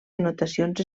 anotacions